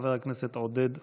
חבר הכנסת עודד פורר.